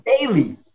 Daily